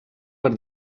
per